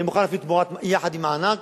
אני מוכן אפילו יחד עם מענק,